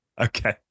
Okay